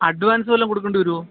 advance വല്ലതും കൊടുക്കേണ്ടി വരുമോ